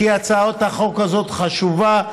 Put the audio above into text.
כי הצעת החוק הזאת חשובה,